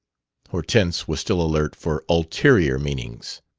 hortense was still alert for ulterior meanings.